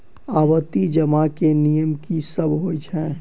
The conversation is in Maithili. आवर्ती जमा केँ नियम की सब होइ है?